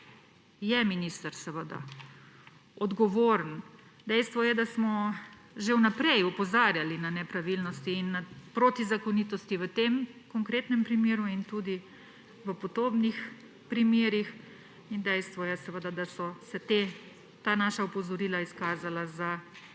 je minister seveda odgovoren. Dejstvo je, da smo že vnaprej opozarjali na nepravilnosti in na protizakonitosti v tem konkretnem primeru in tudi v podobnih primerih. Dejstvo je, da so se ta naša opozorila izkazala za